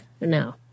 no